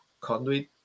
conduit